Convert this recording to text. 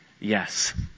yes